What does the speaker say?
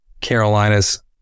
Carolinas